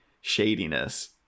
shadiness